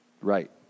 Right